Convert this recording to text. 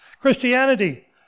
Christianity